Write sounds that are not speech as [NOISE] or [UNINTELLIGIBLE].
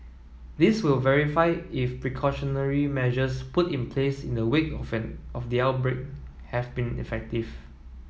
this will verify if precautionary measures put in place in the wake [UNINTELLIGIBLE] of the outbreak have been effective